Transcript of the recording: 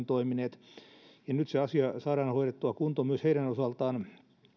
toimineet ja nyt se asia saadaan hoidettua kuntoon myös heidän osaltaan